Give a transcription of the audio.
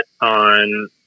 on